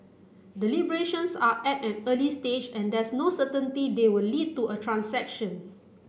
deliberations are at an early stage and there's no certainty they will lead to a transaction